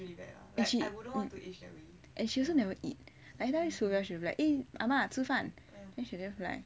and she also never eat every time I see her I will be like eh ah ma 吃饭 then she just like